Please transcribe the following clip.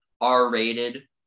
R-rated